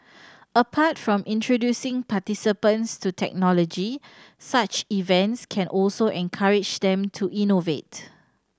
apart from introducing participants to technology such events can also encourage them to innovate